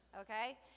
okay